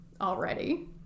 already